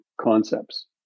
concepts